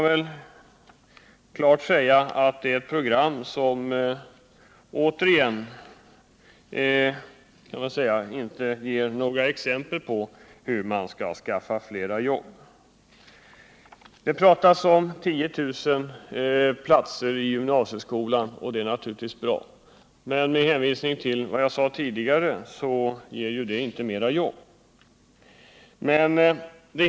Helt klart är att 18-punktsprogrammet inte ger några exempel på hur man kan skapa fler jobb. Det talas om 10 000 platser i gymnasieskolan och det är naturligtvis bra. Men det ger, som jag sade tidigare, inte fler jobb.